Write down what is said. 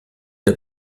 der